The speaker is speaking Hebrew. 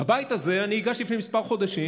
בבית הזה אני הגשתי לפני כמה חודשים,